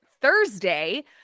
Thursday